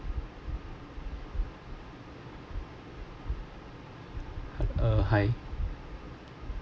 uh hi